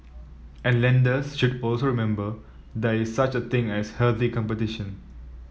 and lenders should also remember there is such a thing as healthy competition